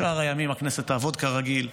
בשאר הימים הכנסת תעבוד כרגיל,